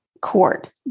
court